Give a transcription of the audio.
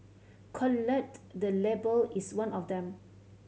collate the Label is one of them